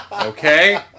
Okay